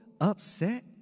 upset